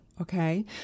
Okay